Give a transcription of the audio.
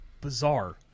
bizarre